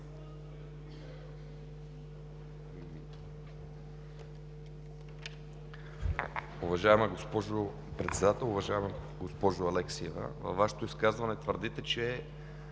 Във Вашето изказване твърдите, че